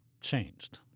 changed